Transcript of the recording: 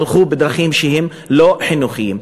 הלכו בדרכים לא חינוכיות.